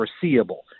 foreseeable